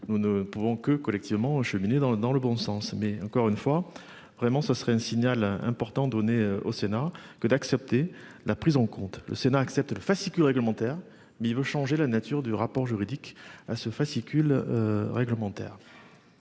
Nous ne pouvons que collectivement cheminer dans dans le bon sens mais encore une fois, vraiment ça serait un signal important donné au Sénat que d'accepter la prise en compte le Sénat accepte le fascicule réglementaire mais il veut changer la nature du rapport juridique à ce fascicule. Réglementaire.